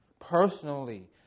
personally